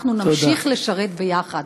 אנחנו נמשיך לשרת יחד.